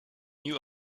new